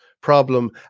problem